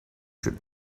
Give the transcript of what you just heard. should